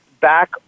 back